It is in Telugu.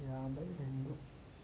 యాభై రెండు